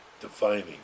defining